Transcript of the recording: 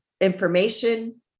information